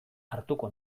hartuko